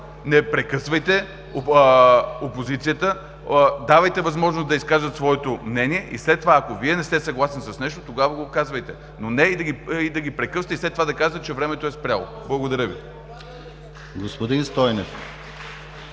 не прекъсвайте опозицията, давайте възможност да изкажат своето мнение и след това, ако Вие не сте съгласен с нещо, тогава го казвайте, но не и да ги прекъсвате и след това да казвате, че времето е спряло. Благодаря Ви.